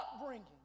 upbringing